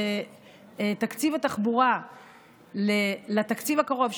ותקציב התחבורה לתקציב הקרוב,